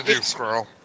squirrel